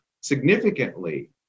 significantly